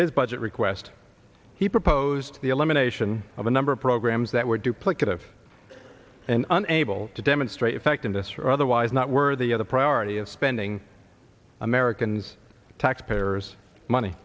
his budget request he proposed the elimination of a number of programs that were duplicative and unable to demonstrate a fact in this or otherwise not worthy of the priority of spending americans taxpayers money